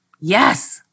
Yes